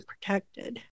protected